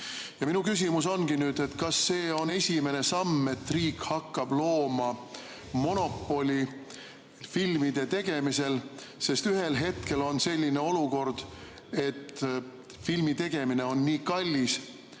Minu küsimus ongi, kas see on esimene samm, et riik hakkab looma monopoli filmide tegemisel. Sest ühel hetkel on selline olukord, et filmi tegemine on nii kallis,